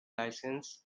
licence